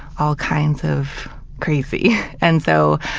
all kinds of crazy. and so,